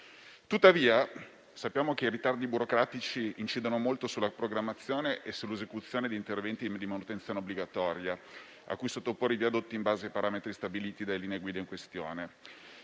Tuttavia, sappiamo che i ritardi burocratici incidono molto sulla programmazione e sull'esecuzione degli interventi di manutenzione obbligatoria a cui devono essere sottoposti i viadotti in base ai parametri stabiliti dalle linee guida in questione.